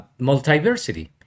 multiversity